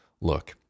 look